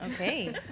Okay